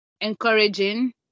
encouraging